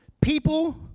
people